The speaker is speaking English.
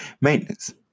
Maintenance